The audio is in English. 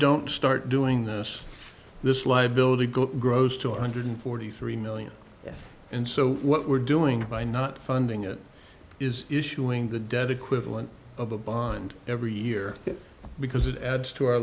don't start doing this this liability got grossed two hundred forty three million and so what we're doing by not funding it is issuing the debt equivalent of a bond every year because it adds to our